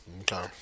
Okay